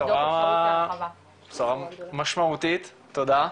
בשורה משמעותית, תודה.